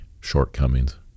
shortcomings